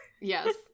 yes